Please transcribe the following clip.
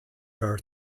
her